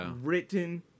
written